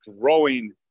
growing